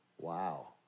Wow